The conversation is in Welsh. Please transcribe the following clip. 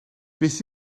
beth